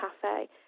cafe